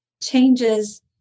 changes